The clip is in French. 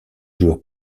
joueurs